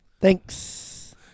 Thanks